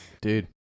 Dude